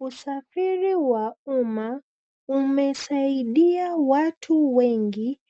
Usafiri wa umma umesaidia watu wengi